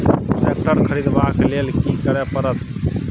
Tractor खरीदबाक लेल की करय परत?